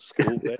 school